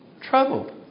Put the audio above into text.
trouble